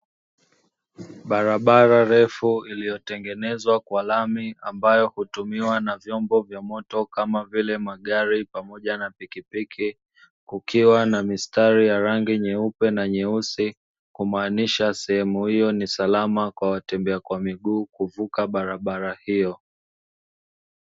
Barabara ndefu iliyotengenezwa kwa lami ambayo hutumiwa na vyombo vya moto kama vile magari pamoja na pikipiki kukiwa na mistari ya rangi nyeupe na nyeusi kumaanisha sehemu iyo ni salama kwa watembea kwa miguu kuvuka barabara iyo.